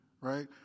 right